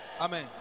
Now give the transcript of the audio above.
Amen